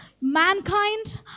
Mankind